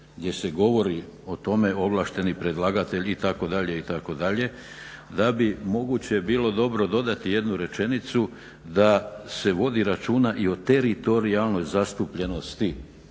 9.gdje se govori o tome, ovlašteni predlagatelj itd., itd., da bi moguće bilo dobro dodati jednu rečenicu da se vodi računa i o teritorijalnoj zastupljenosti